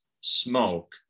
smoke